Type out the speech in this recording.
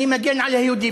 אני מגן על היהודי,